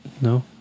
No